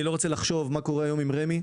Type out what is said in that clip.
אני לא רוצה לחשוב מה קורה היום עם רמ"י.